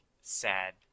sad